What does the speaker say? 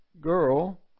girl